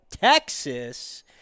Texas